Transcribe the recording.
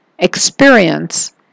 experience